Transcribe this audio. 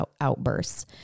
outbursts